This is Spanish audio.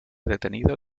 detenido